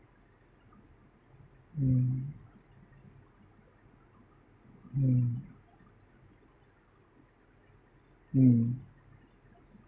mm mm mm